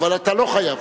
אבל אתה לא חייב.